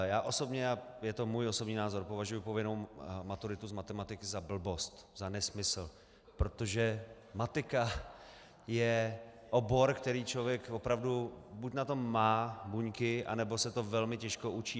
Já osobně a je to můj osobní názor považuji povinnou maturitu z matematiky za blbost, za nesmysl, protože matika je obor, na který člověk opravdu buď má buňky anebo se to velmi těžko učí.